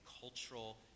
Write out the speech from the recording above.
cultural